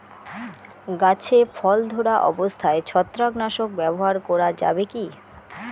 গাছে ফল ধরা অবস্থায় ছত্রাকনাশক ব্যবহার করা যাবে কী?